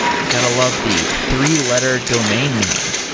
you got to love the three letter domain name.